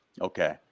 okay